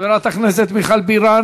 חברת הכנסת מיכל בירן